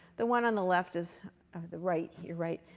the one on the left is the right, your right,